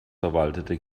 verwaltete